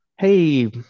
Hey